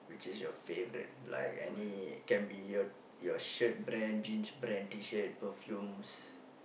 which is your favourite like any can be your shirt brand jeans brand T-shirt perfumes